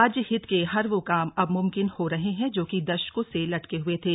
राज्य हित के हर वो काम अब मुमकिन हो रहे हैं जो कि दशकों से लटके हुए थे